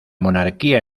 monarquía